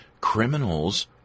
criminals